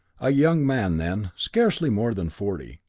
a young man then, scarcely more than forty,